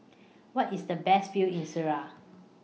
Where IS The Best View in Syria